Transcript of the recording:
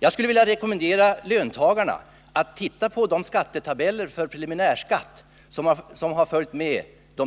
Jag skulle vilja rekommendera löntagarna att jämföra skattetabellerna för preliminärskatteuttaget i år